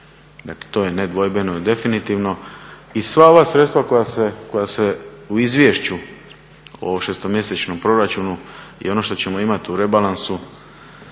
Dakle, to je nedvojbeno i definitivno i sva ova sredstva koja se u izvješću o šestomjesečnom proračunu i ono što ćemo imati u rebalansu